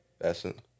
Essence